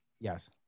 Yes